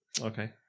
okay